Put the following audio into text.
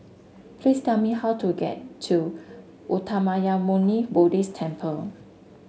please tell me how to get to Uttamayanmuni Buddhist Temple